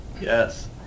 Yes